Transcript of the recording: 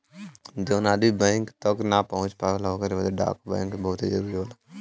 जौन आदमी बैंक तक ना पहुंच पावला ओकरे बदे डाक बैंक बहुत जरूरी होला